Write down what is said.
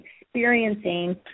experiencing